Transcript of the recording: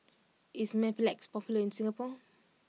is Mepilex popular in Singapore